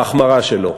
בהחמרה שלו,